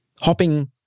hopping